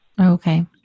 Okay